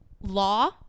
law